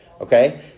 Okay